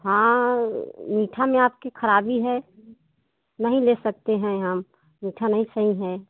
हाँ मीठा में आपकी खराबी है नहीं ले सकते हैं हम मीठा नहीं सही है